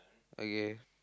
okay